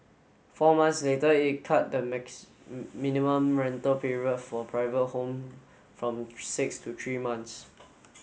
four months later it cut the mix minimum rental period for private home from six to three months